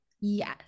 Yes